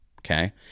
okay